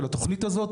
של התוכנית הזאת